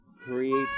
creates